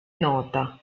nota